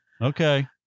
Okay